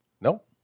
Nope